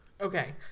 Okay